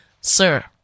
Sir